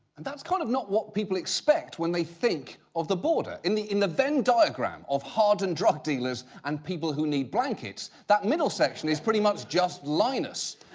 and that's kind of not what people expect when they think of the border. in the in the venn diagram of hardened drug dealers and people who need blankets, that middle section is pretty much just linus.